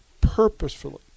purposefully